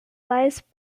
lies